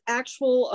actual